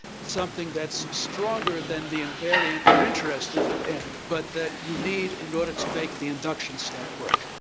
it's something that's stronger than the invariant you're interested in, but that you need in order to make the induction step work.